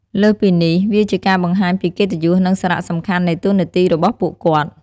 លើសពីនេះ វាជាការបង្ហាញពីកិត្តិយស និងសារៈសំខាន់នៃតួនាទីរបស់ពួកគាត់។